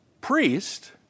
priest